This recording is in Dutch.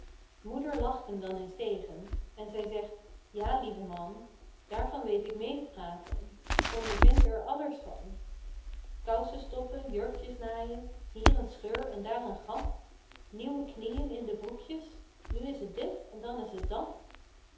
lacht hem dan eens tegen en zij zegt ja lieve man daarvan weet ik meê te praten k ondervind er alles van kousen stoppen jurkjes naaien hier een scheur en daar een gat nieuwe knieën in de broekjes nu is t dit en dan is t dat